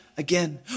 Again